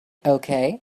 okay